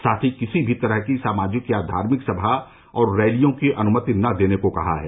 साथ ही किसी भी तरह की सामाजिक या धार्मिक सभा और रैलियों की अनुमति नहीं देने को कहा है